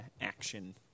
action